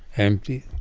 empty,